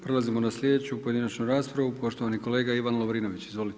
Prelazimo na slijedeću pojedinačnu raspravu, poštovani kolega Ivan Lovrinović, izvolite.